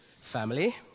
family